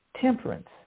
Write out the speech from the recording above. temperance